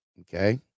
Okay